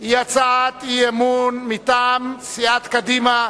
היא הצעת אי-אמון מטעם סיעת קדימה,